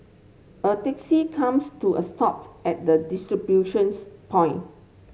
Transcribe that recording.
a taxi comes to a stopped at the distribution point